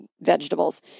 vegetables